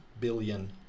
billion